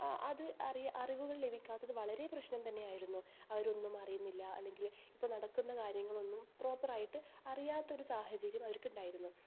അത് അറിവുകൾ ലഭിക്കാത്തത് വളരെ പ്രശ്നം തന്നെ ആയിരുന്നു അവർ ഒന്നും അറിയുന്നില്ല അല്ലെ ങ്കിൽ ഇപ്പം നടക്കുന്ന കാര്യങ്ങളൊന്നും പ്രോപ്പറായിട്ട് അറിയാത്തൊരു സാഹചര്യം അവർക്കുണ്ടായിരുന്നു